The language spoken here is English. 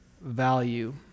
value